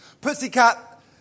Pussycat